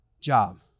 job